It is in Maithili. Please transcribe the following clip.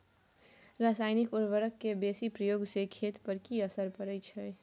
रसायनिक उर्वरक के बेसी प्रयोग से खेत पर की असर परै छै?